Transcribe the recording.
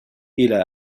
إلى